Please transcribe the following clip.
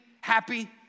happy